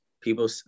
people